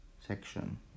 section